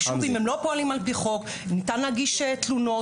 אם הם לא פועלים על פי חוק ניתן להגיש תלונות.